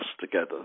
together